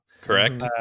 Correct